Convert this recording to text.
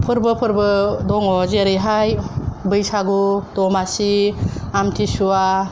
फोरबो फोरबो दङ जेरैहाय बैसागु दमासि आमथिसुवा